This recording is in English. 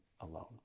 alone